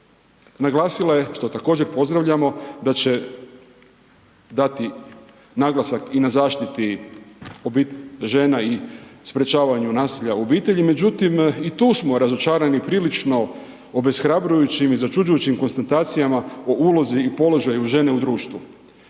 naglasila je što također pozdravljamo, da će dati naglasak i na zaštiti žena i sprječavanju nasilja u obitelji međutim i tu smo razočarani prilično obeshrabrujućim i začuđujućim konstatacijama o ulozi i položaju žene u društvu